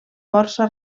força